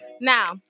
Now